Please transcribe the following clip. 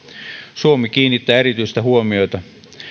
suomi kiinnittää erityistä huomiota